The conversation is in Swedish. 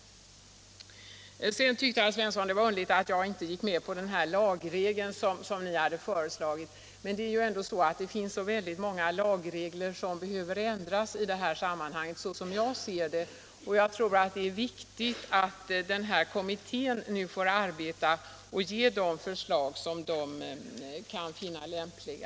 Sedan tyckte herr Svensson att det var underligt att jag inte gick med på den lagregel som ni har föreslagit. Men det finns som jag ser det så många lagregler som behöver ändras i detta sammanhang, och jag tror att det är viktigt att kommittén nu får arbeta och ge de förslag som den kan finna lämpliga.